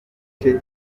gice